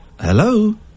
Hello